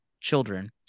children